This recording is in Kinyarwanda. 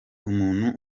umuntu